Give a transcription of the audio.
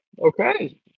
Okay